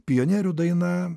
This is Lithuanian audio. pionierių daina